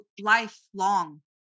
lifelong